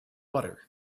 water